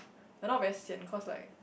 but now very sian cause like